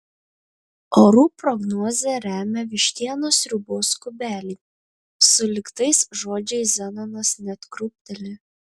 orų prognozę remia vištienos sriubos kubeliai sulig tais žodžiais zenonas net krūpteli